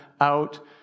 out